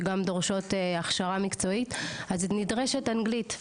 שגם דורשות הכשרה מקצועית אז נדרשת אנגלית,